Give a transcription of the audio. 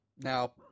now